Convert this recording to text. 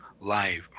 live